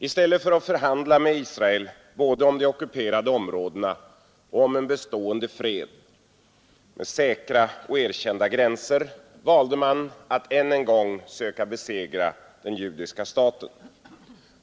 I stället för att förhandla med Israel både om de ockuperade områdena och om en bestående fred med säkra och erkända gränser valde man än en gång att söka besegra den judiska staten.